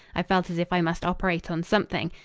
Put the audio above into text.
i felt as if i must operate on something.